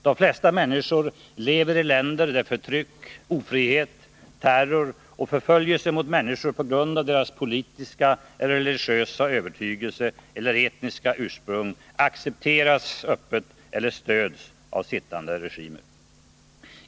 De flesta människor lever i länder där förtryck, ofrihet, terror och förföljelse mot människor på grund av deras politiska eller religiösa övertygelse eller etniska ursprung öppet accepteras eller stöds av sittande regimer.